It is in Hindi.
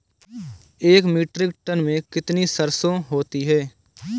एक मीट्रिक टन में कितनी सरसों होती है?